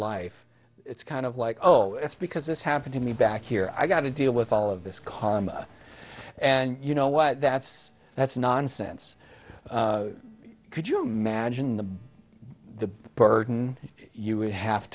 life it's kind of like oh it's because this happened to me back here i got to deal with all of this karma and you know what that's that's nonsense could you imagine the burden you would have